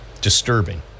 disturbing